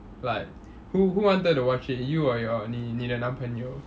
like who who wanted to watch it you or your 你你的男朋友